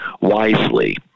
wisely